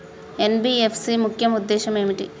NBFC ముఖ్య ఉద్దేశం ఏంటి?